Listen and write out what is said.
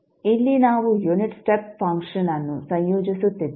ಇಲ್ಲಿ ನಾವು unit step function ಅನ್ನು ಸಂಯೋಜಿಸುತ್ತಿದ್ದೇವೆ